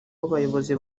w’abayobozi